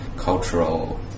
cultural